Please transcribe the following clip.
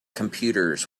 computers